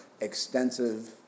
extensive